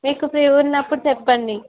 మీకు ఫ్రీ వున్నప్పుడు చెప్పండి